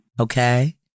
okay